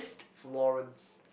Florence